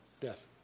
death